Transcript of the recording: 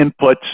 inputs